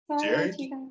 Jerry